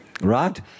Right